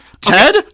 Ted